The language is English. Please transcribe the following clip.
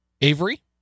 Avery